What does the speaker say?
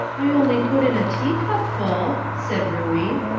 i only put in a teacupful, said ruey.